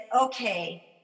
okay